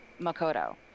Makoto